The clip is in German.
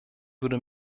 würde